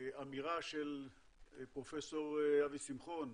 האמירה של פרופ' אבי שמחון,